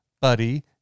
Buddy